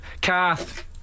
Kath